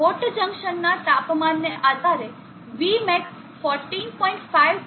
hot junction ના તાપમાનને આધારે Vmax 14